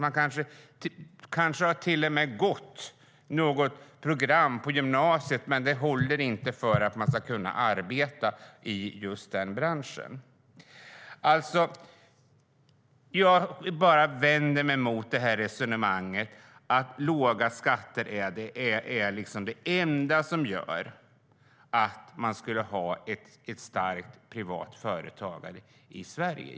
Man kanske till och med har gått något program på gymnasiet, men det håller inte för att man ska kunna arbeta i just den branschen. Jag vänder mig mot resonemanget att låga skatter skulle vara det enda som gör att det finns ett starkt privat företagande i Sverige.